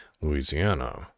Louisiana